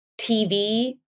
TV